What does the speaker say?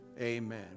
amen